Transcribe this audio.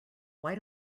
why